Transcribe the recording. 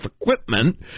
equipment